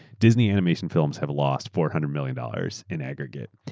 disney animation films have lost four hundred million dollars in aggregate.